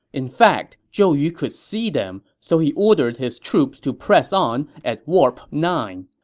in fact, zhou yu could see them, so he ordered his troops to press on at warp nine.